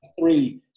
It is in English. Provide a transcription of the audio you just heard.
three